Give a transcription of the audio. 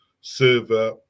server